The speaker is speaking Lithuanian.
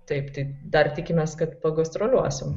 taip taip dar tikimės kad pagastroliuosim